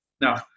Now